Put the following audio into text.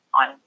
on